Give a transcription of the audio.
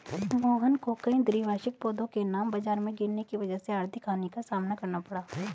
मोहन को कई द्विवार्षिक पौधों के दाम बाजार में गिरने की वजह से आर्थिक हानि का सामना करना पड़ा